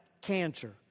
cancer